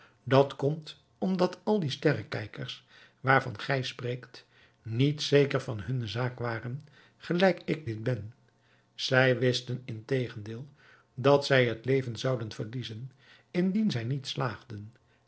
dat komt omdat al die sterrekijkers waarvan gij spreekt niet zeker van hunne zaak waren gelijk ik dit ben zij wisten in tegendeel dat zij het leven zouden verliezen indien zij niet slaagden